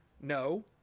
No